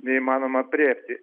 neįmanoma aprėpti